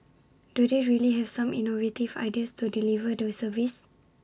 do they really have some innovative ideas to deliver the service